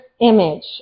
image